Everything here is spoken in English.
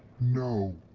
no!